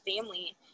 family